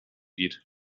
geht